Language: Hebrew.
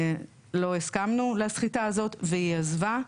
לא הסכמנו לסחיטה הזאת והיא עזבה.